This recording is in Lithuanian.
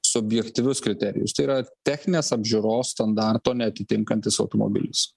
subjektyvius kriterijus tai yra techninės apžiūros standarto neatitinkantis automobilis